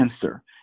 cancer